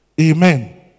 Amen